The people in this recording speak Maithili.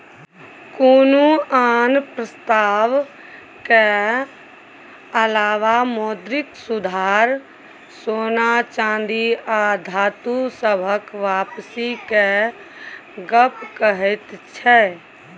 कुनु आन प्रस्ताव के अलावा मौद्रिक सुधार सोना चांदी आ धातु सबहक वापसी के गप कहैत छै